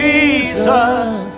Jesus